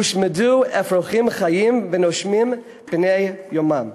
הושמדו אפרוחים חיים ונושמים בני יומם.